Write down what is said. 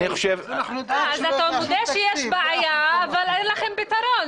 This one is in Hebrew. אתה מודה שיש בעיה אבל אין לכם פתרון.